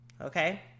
Okay